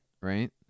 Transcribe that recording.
right